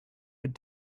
had